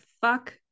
fuck